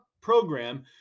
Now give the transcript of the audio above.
program